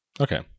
Okay